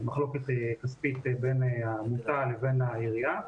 מחלוקת כספית בין העמותה לבין העירייה.